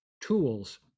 tools